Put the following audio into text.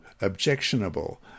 objectionable